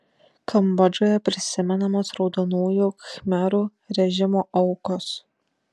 kambodžoje prisimenamos raudonųjų khmerų režimo aukos